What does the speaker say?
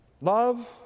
love